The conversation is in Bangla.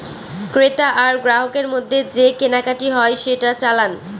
ক্রেতা আর গ্রাহকের মধ্যে যে কেনাকাটি হয় সেটা চালান